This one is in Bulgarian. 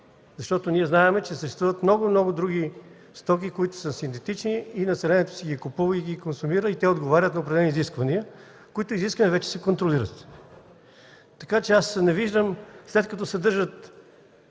синтетични. Знаем, че съществуват много, много други стоки, които са синтетични и населението ги купува, консумира и те отговарят на определени изисквания, които вече се контролират. Така че аз не виждам след като два